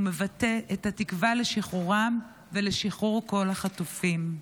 ומבטא את התקווה לשחרורם ולשחרור כל החטופים.